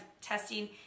testing